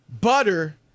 butter